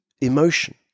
emotion